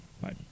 Bye